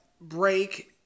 break